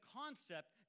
concept